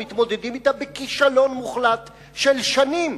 מתמודדים אתה בכישלון מוחלט של שנים.